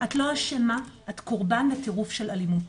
את לא אשמה, את קורבן לטירוף של אלימות.